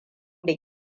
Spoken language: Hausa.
da